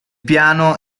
piano